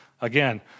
Again